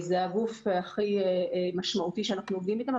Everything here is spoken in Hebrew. זה הגוף הכי משמעותי שאנחנו עובדים איתם,